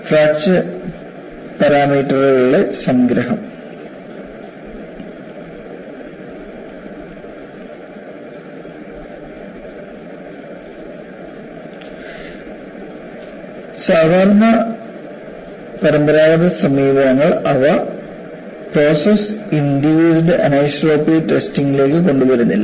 fracture പാരാമീറ്ററുകളുടെ സംഗ്രഹം സാധാരണ പരമ്പരാഗത സമീപനങ്ങൾ അവ പ്രോസസ് ഇൻഡ്യൂസ്ഡ് അനീസോട്രോപി ടെസ്റ്റിംഗിലേക്ക് കൊണ്ടുവരുന്നില്ല